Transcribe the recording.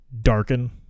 darken